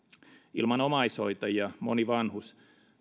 ilman omaishoitajia moni vanhus